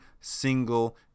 single